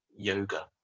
yoga